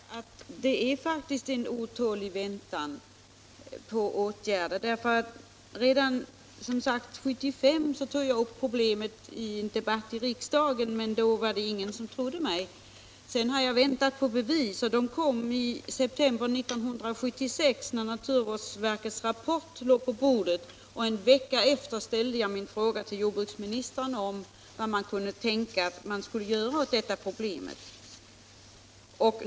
Herr talman! Till jordbruksutskottets ordförande vill jag säga att det faktiskt är en otålig väntan på åtgärder. Redan 1975 tog jag upp problemet i en debatt i riksdagen, men då var det ingen som trodde mig. Sedan har jag väntat på bevis, och de kom i september 1976, när naturvårdsverkets rapport låg på bordet. En vecka senare ställde jag min fråga till jordbruksministern om vad man kunde tänka sig att göra åt det här problemet.